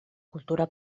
kultura